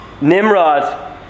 Nimrod